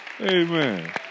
Amen